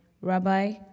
Rabbi